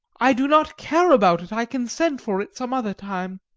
i do not care about it. i can send for it some other time.